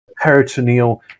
peritoneal